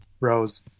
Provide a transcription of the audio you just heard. Rose